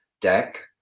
deck